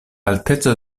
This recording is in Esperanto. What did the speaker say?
alteco